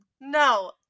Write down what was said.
No